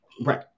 Right